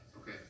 Okay